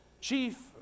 chief